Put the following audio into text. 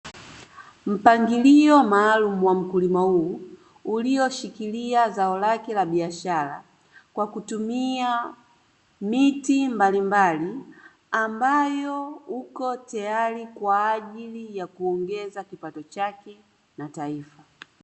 Mpangilio maalumu wa mkulima huu, ulioshikilia zao lake la biashara kwa kutumia miti mbalimbali, ambayo uko tayari kwa ajili ya kuongeza kipato chake na taifa.